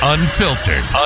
Unfiltered